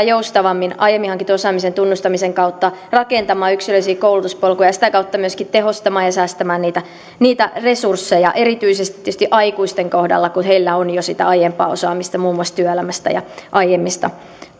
joustavammin aiemmin hankitun osaamisen tunnustamisen kautta rakentamaan yksilöllisiä koulutuspolkuja ja sitä kautta myöskin tehostamaan ja säästämään niitä niitä resursseja erityisesti tietysti aikuisten kohdalla kun heillä on jo sitä aiempaa osaamista muun muassa työelämästä ja aiemmista